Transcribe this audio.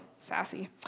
sassy